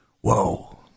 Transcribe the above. Whoa